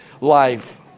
life